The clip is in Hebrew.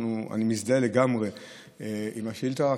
אני מזדהה לגמרי עם השאילתה.